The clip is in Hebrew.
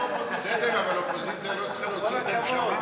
בסדר, אבל אופוזיציה לא צריכה להוציא את הנשמה.